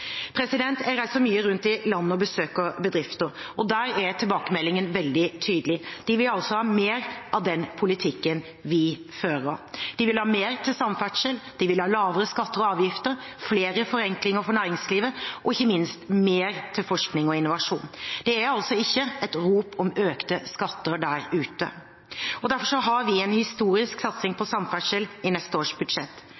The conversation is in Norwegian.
Jeg reiser mye rundt i landet og besøker bedrifter, og der er tilbakemeldingen veldig tydelig: De vil ha mer av den politikken vi fører. De vil ha mer til samferdsel, de vil ha lavere skatter og avgifter, flere forenklinger for næringslivet og ikke minst mer til forskning og innovasjon. Det er ikke et rop om økte skatter der ute. Derfor har vi en historisk satsing